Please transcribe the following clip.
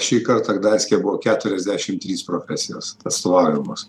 šį kartą gdanske buvo keturiasdešim trys profesijos atstovaujamos